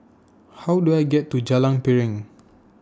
How Do I get to Jalan Piring